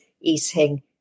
eating